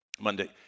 monday